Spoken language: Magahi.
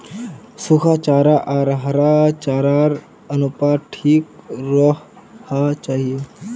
सुखा चारा आर हरा चारार अनुपात ठीक रोह्वा चाहि